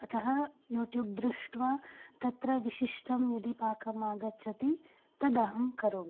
अतः युट्युब् दृष्ट्वा तत्र विशिष्टं यदि पाकम् आगच्छति तदहं करोमि